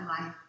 life